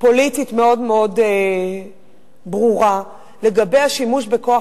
פוליטית מאוד מאוד ברורה לגבי השימוש בכוח,